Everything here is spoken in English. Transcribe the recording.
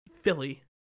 Philly